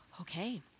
okay